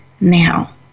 now